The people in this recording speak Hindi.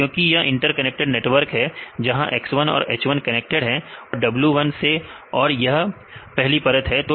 तो क्योंकि यह इंटरकनेक्टेड नेटवर्क है जहां x1 और h1 कनेक्टेड है w1 से और यह पहली परत है